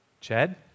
Chad